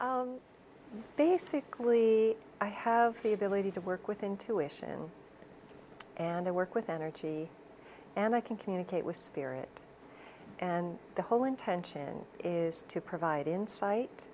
asking basically i have the ability to work with intuition and i work with energy and i can communicate with spirit and the whole intention is to provide insight